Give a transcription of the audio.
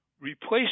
replace